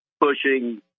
pushing